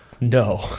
No